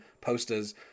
posters